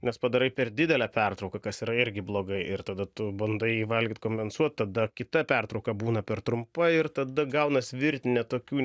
nes padarai per didelę pertrauką kas yra irgi blogai ir tada tu bandai valgyt kompensuot tada kita pertrauka būna per trumpa ir tada gaunas virtinė tokių